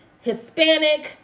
hispanic